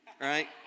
right